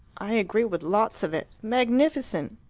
i agree with lots of it. magnificent!